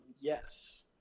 Yes